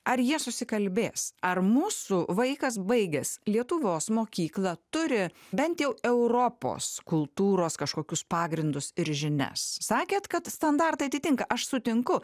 ar jie susikalbės ar mūsų vaikas baigęs lietuvos mokyklą turi bent jau europos kultūros kažkokius pagrindus ir žinias sakėt kad standartai atitinka aš sutinku